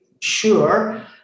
sure